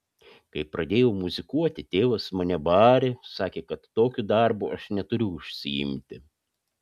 kai pradėjau muzikuoti tėvas mane barė sakė kad tokiu darbu aš neturiu užsiimti